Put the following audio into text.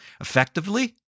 Effectively